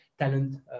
talent